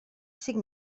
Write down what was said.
cinc